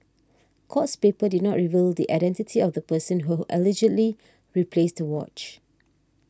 courts papers did not reveal the identity of the person who allegedly replaced the watch